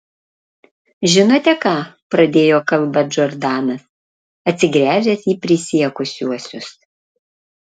žinote ką pradėjo kalbą džordanas atsigręžęs į prisiekusiuosius